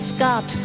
Scott